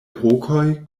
rokoj